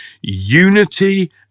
unity